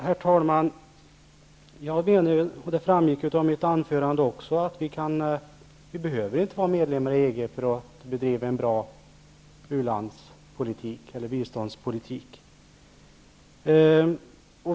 Herr talman! Det framgick av mitt anförande att vi inte behöver vara medlemmar i EG för att bedriva en bra biståndspolitik.